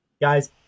Guys